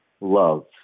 love